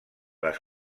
les